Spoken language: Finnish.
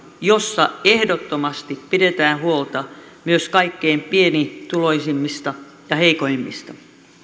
jossa ehdottomasti pidetään huolta myös kaikkein pienituloisimmista ja heikoimmista